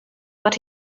but